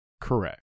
Correct